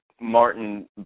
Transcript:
Martin